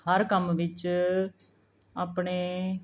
ਹਰ ਕੰਮ ਵਿੱਚ ਆਪਣੇ